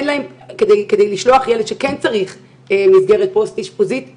כדי לשלוח ילד שכן צריך פנימייה פוסט אשפוזית דתית,